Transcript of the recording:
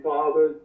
Father